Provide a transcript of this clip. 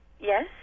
Yes